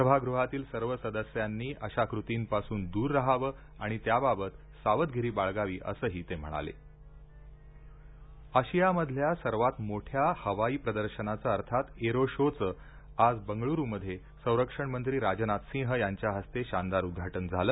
सभागृहातील सर्व सदस्यांनी अशा कृतींपासून दूर राहावे आणि त्याबाबत सावधगिरी बाळगावी असंही ते म्हणाले एअरो शो आशियामधल्या सर्वात मोठ्या हवाई प्रदर्शनाचं अर्थात एअरो शो चं आज बंगळूरमध्ये संरक्षण मंत्री राजनाथ सिंह यांच्या हस्ते शानदार उद्घाटन झालं